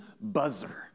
buzzer